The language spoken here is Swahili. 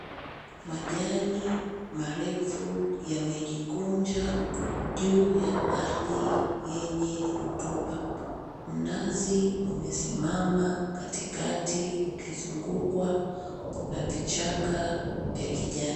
Majani marefu yamejikunja juu ya ardhi yenye rotuba. Mnazi umesimama katikati ukizungukwa na vichaka vya kijani.